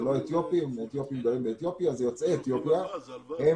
אלה לא אתיופים אלא יוצאי אתיופיה ואני